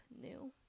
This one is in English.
new